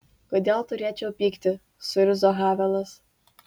kodėl turėčiau pykti suirzo havelas